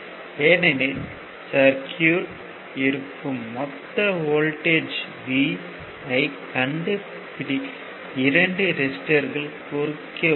ஏனெனில் சர்க்யூட்யில் இருக்கும் மொத்த வோல்ட்டேஜ் V ஐ இரண்டு ரெசிஸ்டர்களின் குறுக்கே உள்ளது